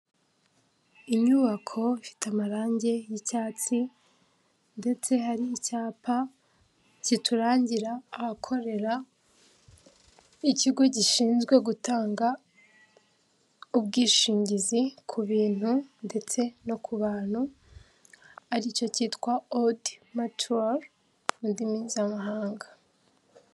Inyubako ifite amarange y'icyatsi ndetse hari icyapa kiturangira ahakorera ikigo gishinzwe gutanga ubwishingizi ku bintu ndetse no ku bantu, aricyo cyitwa Odi Matuwo mu ndimi z'amahanga.